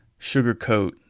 sugarcoat